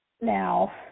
Now